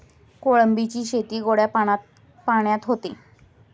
कोळंबीची शेती गोड्या पाण्यात होते